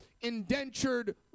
indentured